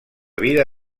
vida